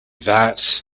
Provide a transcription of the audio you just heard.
that